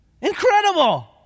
incredible